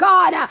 God